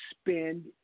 spend